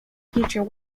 future